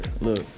look